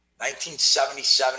1977